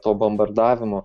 to bombardavimo